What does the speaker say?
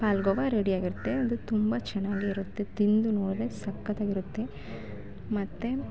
ಪಾಲ್ಗೊವ ready ಆಗಿರುತ್ತೆ ಅದು ತುಂಬ ಚೆನ್ನಾಗಿರುತ್ತೆ ತಿಂದು ನೋಡಿದ್ರೆ ಸಕ್ಕತ್ತಾಗಿರುತ್ತೆ ಮತ್ತು